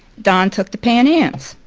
don took the pan ams.